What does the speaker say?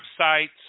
websites